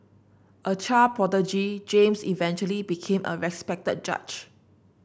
a child prodigy James eventually became a respected judge